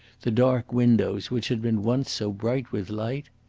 the dark windows which had been once so bright with light?